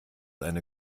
eine